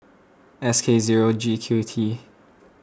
S K zero G Q T